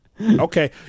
okay